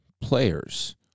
players